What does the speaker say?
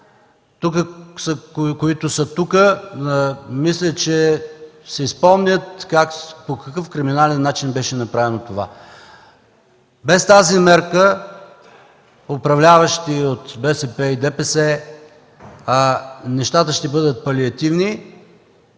които са тук, мисля че си спомнят по какъв криминален начин беше направено това. Без тази мярка управляващите от БСП и ДПС, нещата ще бъдат палиативни,